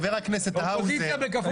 תן לחבר הכנסת קרעי לסיים, בבקשה.